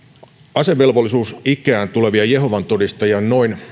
asevelvollisuusikään tulevia jehovan todistajia noin